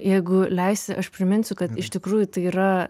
jeigu leisi aš priminsiu kad iš tikrųjų tai yra